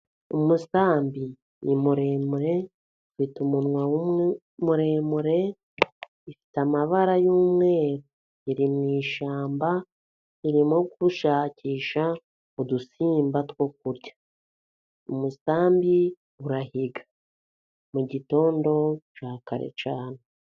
Umusambi ni muremure ufite umunwa muremure, ifite amabara y'umweru, iri mu ishyamba irimo gushakisha udusimba two kurya, umusambi urahiga mu gitondo cya kare cyane.